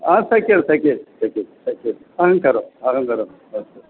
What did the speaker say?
आ शक्यं शक्यं शक्यं शक्यम् अहं करोमि अहं करोमि अस्तु